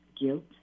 guilt